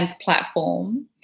platform